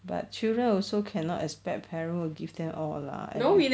but children also cannot expect parent will give them all lah